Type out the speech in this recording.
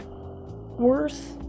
worth